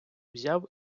взяв